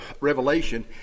revelation